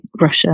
Russia